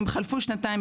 אם חלפו שנתיים,